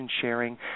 sharing